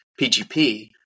PGP